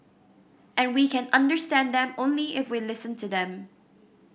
and we can understand them only if we listen to them